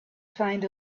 find